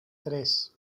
tres